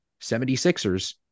76ers